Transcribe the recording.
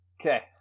Okay